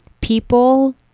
people